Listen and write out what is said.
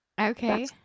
okay